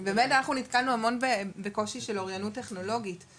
באמת אנחנו נתקלנו המון קושי של אוריינות טכנולוגית,